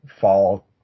fall